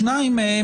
שניים מהם